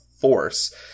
force